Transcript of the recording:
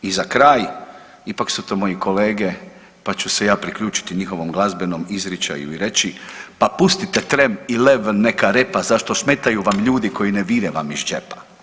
I za kraj, ipak su to moji kolege, pa ću se ja priključiti njihovom glazbenom izričaju i reći pa pustite Tram eleven neka repa zašto smetaju vam ljudi koji ne vire vam iz džepa.